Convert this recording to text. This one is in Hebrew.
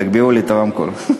תגבירו לי את הרמקול.